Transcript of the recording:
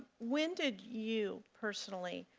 when did you personally,